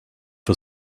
for